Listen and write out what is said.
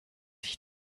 ich